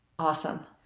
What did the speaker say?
Awesome